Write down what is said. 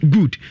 Good